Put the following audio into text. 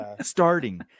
starting